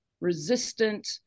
resistant